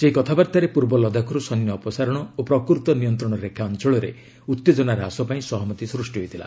ସେହି କଥାବାର୍ତ୍ତାରେ ପୂର୍ବ ଲଦାଖରୁ ସୈନ୍ୟ ଅପସାରଣ ଓ ପ୍ରକୃତ ନିୟନ୍ତ୍ରଣ ରେଖା ଅଞ୍ଚଳରେ ଉତ୍ତେଜନା ହ୍ରାସ ପାଇଁ ସହମତି ସୃଷ୍ଟି ହୋଇଥିଲା